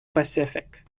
pacific